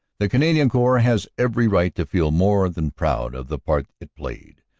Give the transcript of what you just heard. the canadian corps has every right to feel more than proud of the part it played.